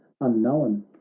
unknown